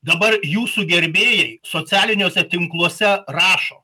dabar jūsų gerbėjai socialiniuose tinkluose rašo